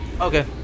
okay